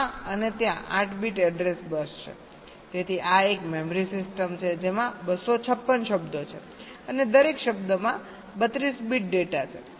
તેથી આ એક મેમરી સિસ્ટમ છે જેમાં 256 શબ્દો છે અને દરેક શબ્દમાં 32 બિટ ડેટા છે